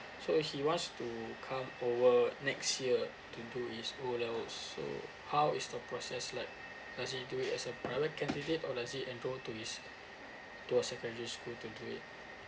so he wants to come over next year to do his O levels so how is the process like does he do it as a private candidate or does he enroll to his to a secondary school to do it